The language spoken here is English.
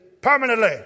permanently